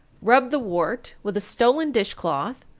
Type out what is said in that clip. rub the wart with a stolen dish-cloth,